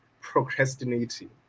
procrastinating